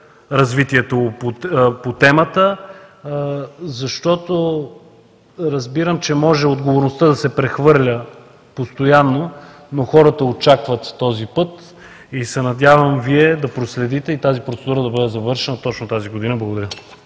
развитието по темата, защото разбирам, че може отговорността да се прехвърля постоянно, но хората очакват този път и се надявам Вие да проследите и тази процедура да бъде завършена точно тази година. Благодаря.